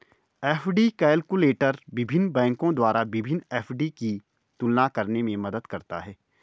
FD calculator विभिन्न बैंकों द्वारा विभिन्न एफ.डी की तुलना करने में मदद करता है